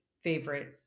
favorite